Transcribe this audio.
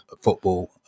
football